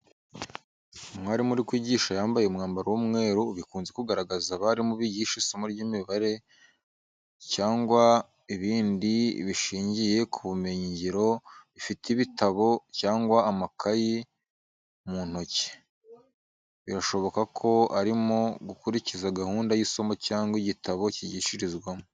Umwarimu uri kwigisha yambaye umwambaro w'umweru, bikunze kugaragaza abarimu bigisha isomo ry’imibare, icyangwa ibindi bishingiye ku bumenyi-ngiro afite ibitabo cyangwa amakayi mu ntoki, birashoboka ko arimo gukurikiza gahunda y’isomo cyangwa igitabo cyigishirizwamo.